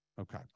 Okay